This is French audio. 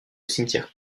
cimetière